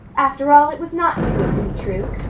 after all, it was not too good to be true.